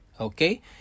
okay